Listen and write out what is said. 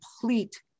complete